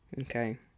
Okay